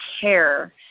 care